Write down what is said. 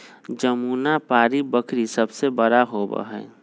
जमुनापारी बकरी सबसे बड़ा होबा हई